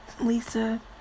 Lisa